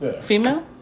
Female